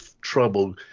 trouble